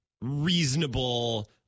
reasonable